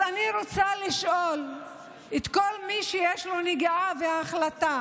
אז אני רוצה לשאול את כל מי שיש לו נגיעה בהחלטה: